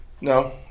no